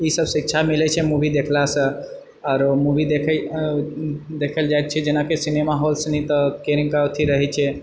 ई सब शिक्षा मिलैछै मूवी देखलासँ आरो मूवी देखए देखल जाइछै जेनाकि सिनेमा हाल सनि तऽ केहन ओकरा अथि रहैछेै